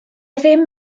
ddim